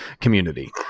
community